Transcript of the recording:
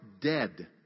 dead